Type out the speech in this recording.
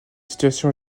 situation